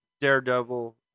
Daredevil